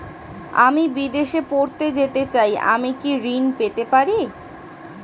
আমি বিদেশে পড়তে যেতে চাই আমি কি ঋণ পেতে পারি?